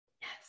Yes